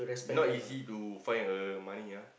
not easy to find a money ah